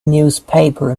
newspaper